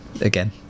again